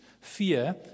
Fear